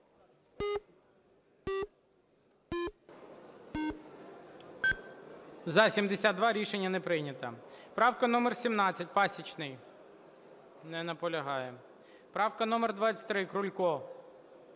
За – 72 Рішення не прийнято. Правка номер 17, Пасічний. Не наполягає. Правка номер 23, Крулько.